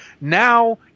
Now